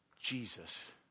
Jesus